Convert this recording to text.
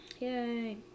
Yay